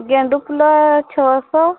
ଗେଣ୍ଡୁ ଫୁଲ ଛଅଶହ